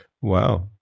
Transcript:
Wow